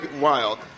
wild